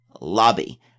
lobby